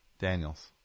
Daniels